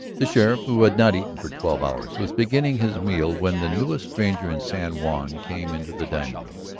the sheriff, who had not eaten for twelve hours, was beginning his meal when the newest stranger in san juan came into the dining-room.